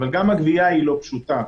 גם הגבייה לא פשוטה.